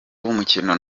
w’umukino